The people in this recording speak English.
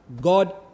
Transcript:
God